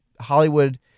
Hollywood